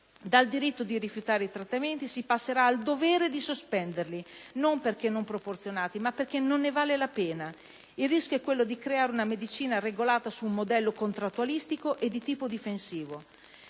dal diritto di rifiutare i trattamenti, si passerà al dovere di sospenderli, non perché non proporzionati ma perché non ne vale la pena. Il rischio è quello di creare una medicina regolata su di un modello contrattualistico e di tipo difensivo.